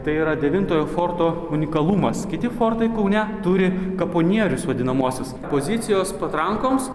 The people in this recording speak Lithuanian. tai yra devintojo forto unikalumas kiti fortai kaune turi kaponierius vadinamosios pozicijos patrankoms